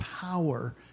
power